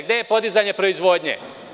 Gde je podizanje proizvodnje?